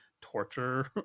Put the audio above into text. torture